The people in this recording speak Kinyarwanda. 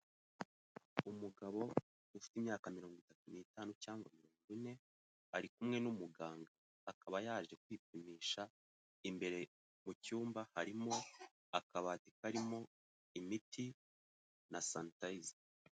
Umugabo ufite imyaka mirongo itatu n'itanu cyangwa mirongo ine, ari kumwe n'umuganga. Akaba yaje kwipimisha, imbere mu cyumba harimo akabati karimo imiti na sanitayiza.